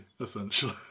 essentially